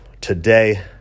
today